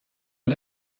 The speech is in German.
mit